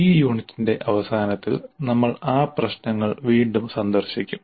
ഈ യൂണിറ്റിന്റെ അവസാനത്തിൽ നമ്മൾ ആ പ്രശ്നങ്ങൾ വീണ്ടും സന്ദർശിക്കും